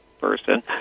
person